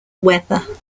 weather